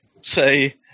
say